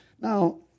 Now